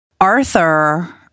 Arthur